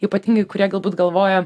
ypatingai kurie galbūt galvoja